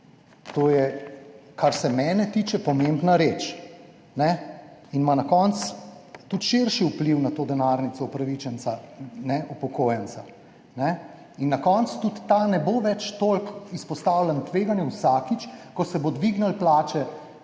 To je, kar se mene tiče, pomembna reč in ima na koncu tudi širši vpliv na to denarnico upravičenca upokojenca in na koncu tudi ta ne bo več toliko izpostavljen tveganju vsakič, ko se bo dvignilo plače